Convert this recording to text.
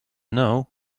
know